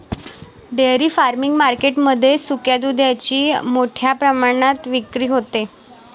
dairy farming market मध्ये सुक्या दुधाची मोठ्या प्रमाणात विक्री होते